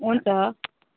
हुन्छ